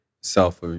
self